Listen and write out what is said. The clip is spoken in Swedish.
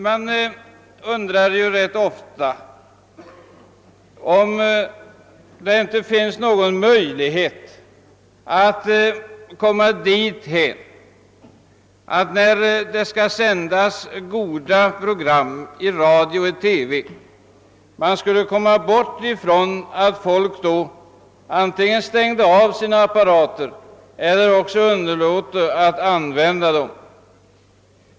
Man undrar rätt ofta om det inte finns någon möjlighet att hindra att folk, när det sänds goda program i radio och TV, antingen stänger av apparaterna eller också underlåter att använda dem.